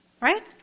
Right